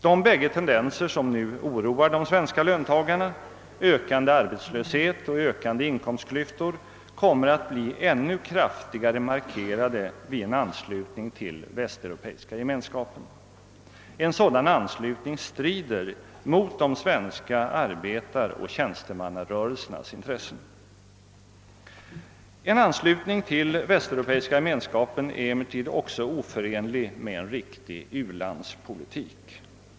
De bägge tendenser som nu oroar de svenska löntagarna — ökande arbetslöshet och vidgade inkomstklyftor — kommer att bli ännu kraftigare markerade vid en anslutning till Västeuropeiska gemenskapen. En sådan anslutning strider mot de svenska arbetaroch tjänstemannarörelsernas intressen. En anslutning till Västeuropeiska gemenskapen är emellertid också ofören lig med en riktig u-landspolitik.